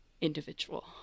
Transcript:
individual